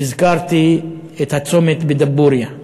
הזכרתי את הצומת בדבורייה.